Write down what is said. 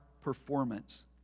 performance